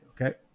okay